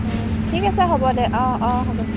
অঁ ঠিক আছে হ'ব দে অঁ অঁ হ'ব দে